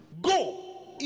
Go